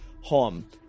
home